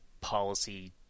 policy